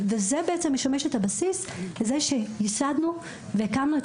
וזה משמש בסיס לזה שייסדנו והקמנו את